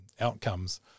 outcomes